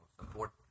support